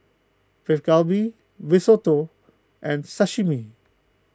Beef Galbi Risotto and Sashimi